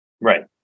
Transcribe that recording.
Right